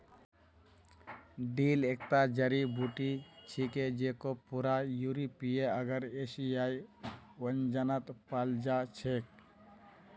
dill एकता जड़ी बूटी छिके जेको पूरा यूरोपीय आर एशियाई व्यंजनत पाल जा छेक